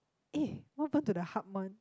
eh what happened to the harp one